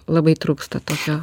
labai trūksta tokio